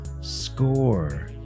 score